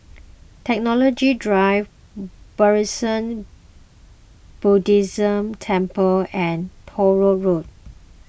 Technology Drive Buddhism Temple and Truro Road